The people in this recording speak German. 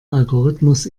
algorithmus